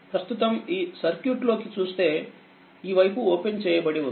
ప్రస్తుతం ఈ సర్క్యూట్ లోకి చూస్తే ఈ వైపు ఓపెన్ చేయబడి ఉంది